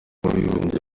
w’abibumbye